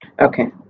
Okay